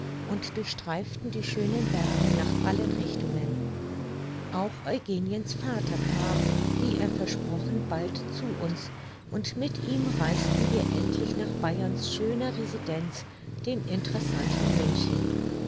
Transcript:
und durchstreiften die schönen berge nach allen richtungen auch eugeniens vater kam wie er versprochen bald zu uns und mit ihm reisten wir endlich nach bayerns schöner residenz dem interessanten münchen